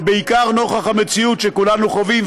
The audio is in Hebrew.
ובעיקר נוכח המציאות שכולנו חווים,